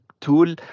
tool